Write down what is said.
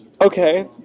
Okay